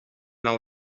nou